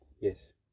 Yes